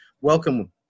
Welcome